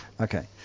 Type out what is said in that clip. okay